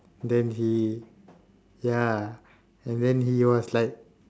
then he ya and then he was like